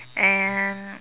and